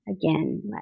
again